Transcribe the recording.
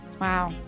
Wow